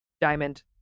diamond